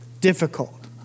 difficult